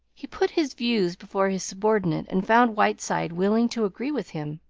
he put his views before his subordinate and found whiteside willing to agree with him.